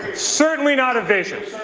certainly not a vision.